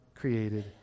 created